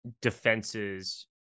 defenses